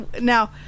now